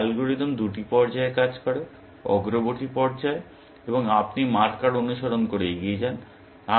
সুতরাং অ্যালগরিদম দুটি পর্যায়ে কাজ করে অগ্রবর্তী পর্যায়ে আপনি মার্কার অনুসরণ করে এগিয়ে যান